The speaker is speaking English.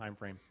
timeframe